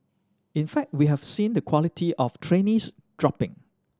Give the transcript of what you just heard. in fact we have seen the quality of trainees dropping